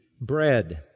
bread